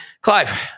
Clive